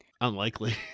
Unlikely